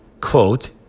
quote